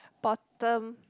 bottom